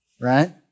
right